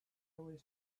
was